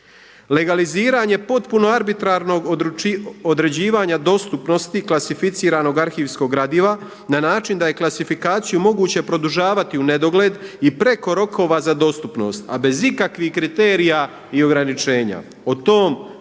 Legaliziranje potpuno arbitrarnog određivanja dostupnosti klasificiranog arhivskog gradiva na način da je klasifikaciju moguće produžavati u nedogled i preko rokova za dostupnost, a bez ikakvih kriterija i ograničenja. O tom